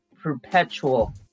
perpetual